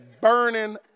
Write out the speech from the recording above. burning